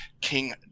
King